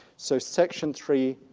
so section three,